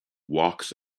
walks